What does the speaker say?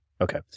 okay